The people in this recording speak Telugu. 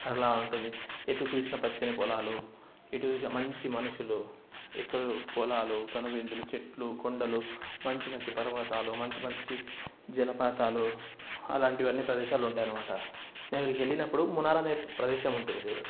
అలా ఉంటుంది ఎటు చూసినా పచ్చని పొలాలు ఎటు చూసినా మంచి మనుషులు ఎక్కడ పొలాలు కనువిందులు చెట్లు కొండలు మంచి మంచి పర్వతాలు మంచి మంచి జలపాతాలు అలాంటివన్నీ ప్రదేశాలు ఉంటాయి అనమాట నేను అక్కడికి వెళ్ళినప్పుడు మునార్ అనే ప్రదేశం ఉంటుంది చూడండి